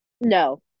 No